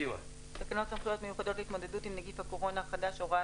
"תקנות סמכויות מיוחדות להתמודדות עם נגיף הקורונה החדש (הוראת